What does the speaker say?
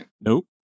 nope